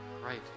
Right